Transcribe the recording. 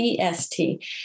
est